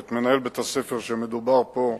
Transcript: את מנהל בית-הספר שמדובר בו,